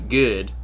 good